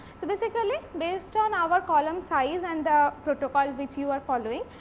so, basically based on our column size and the protocol which you are following,